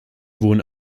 wurden